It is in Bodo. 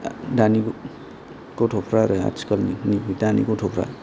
दानि गथ'फ्रा आरो आथिखालनि दानि गथ'फ्रा